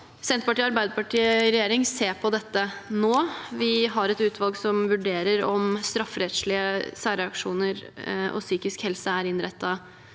Senterpartiet og Arbeiderpartiet i regjering ser på dette nå. Vi har et utvalg som vurderer om strafferettslige særreaksjoner og psykisk helse er innrettet